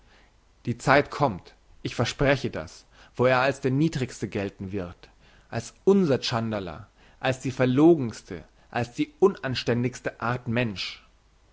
die zeit kommt ich verspreche das wo er als der niedrigste gelten wird als unser tschandala als die verlogenste als die unanständigste art mensch